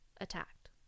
attacked